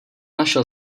našel